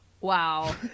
Wow